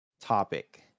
topic